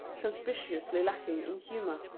conspicuously lacking in humour.